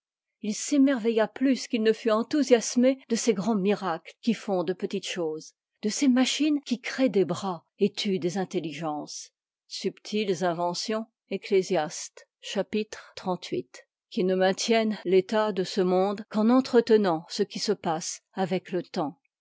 il s'émer veilla plus qu'il ne fut enthousiasmé de ces grands miracles qui font de petites choses de ces machines qui créent des bras et tuent des intelligences subtiles inventions eci chapitre maintiennent l'état de ce monde qu'en ena tretenaiu ce qui passe avec le temps